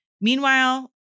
Meanwhile